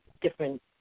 different